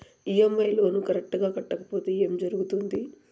EMI loan correct గా కట్టకపోతే ఏం జరుగుతుంది